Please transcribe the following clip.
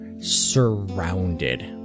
surrounded